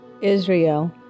Israel